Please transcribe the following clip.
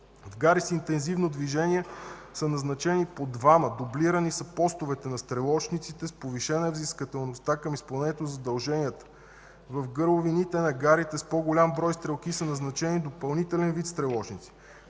в гари с интензивно движение са назначени по двама – дублирани са постовете на стрелочниците, повишена е взискателността към изпълнението на задълженията; в гърловините на гарите с по-голям брой стрелки са назначени допълнителен вид стрелочници;